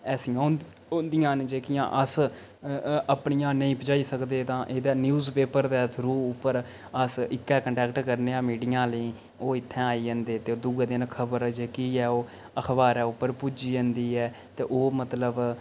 ऐसियां होंदियां न जेह्कियां अस अपनियां नेईं पजाई सकदे तां एह्दे न्यूज़ पेपर दे थ्रू उप्पर अस इक्कै कनटेक्ट करने आं मीडिया आह्लें गी ओह् इत्थें आई जंदे ते दुऐ दिन खबर जेह्की ऐ ओह् अखबारै उप्पर पुज्जी जंदी ऐ ते ओह् मतलब